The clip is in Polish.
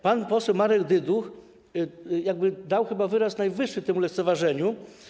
Pan poseł Marek Dyduch dał chyba wyraz najwyższy temu lekceważeniu.